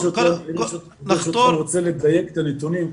אני ברשותכם רוצה לדייק את הנתונים.